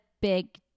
big